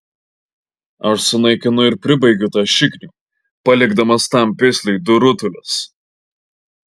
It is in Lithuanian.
aš sunaikinu ir pribaigiu tą šiknių palikdamas tam pisliui du rutulius